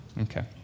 Okay